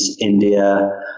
India